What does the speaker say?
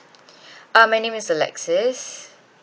uh my name is alexis